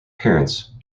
parents